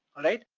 alright?